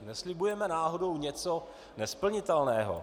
Neslibujeme náhodou něco nesplnitelného?